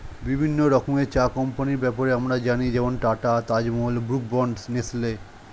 বিভিন্ন রকমের চা কোম্পানির ব্যাপারে আমরা জানি যেমন Tata, Taj Mahal, Brooke Bond, Nestle